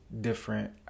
different